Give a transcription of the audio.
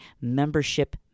membership